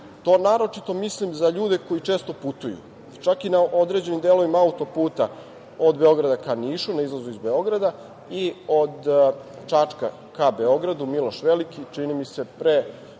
To naročito mislim za ljude koji često putuju, čak i na određenim delovima auto-puta od Beograda ka Nišu, na izlazu iz Beograda i od Čačka ka Beogradu, „Miloš Veliki“, čini mi se,